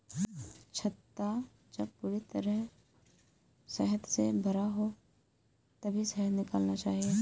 छत्ता जब पूरी तरह शहद से भरा हो तभी शहद निकालना चाहिए